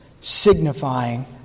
signifying